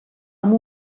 amb